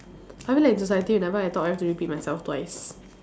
I mean like in society whenever I talk I have to repeat myself twice